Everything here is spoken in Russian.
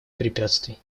препятствий